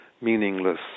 meaningless